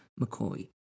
McCoy